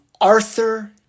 Arthur